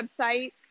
website